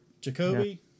Jacoby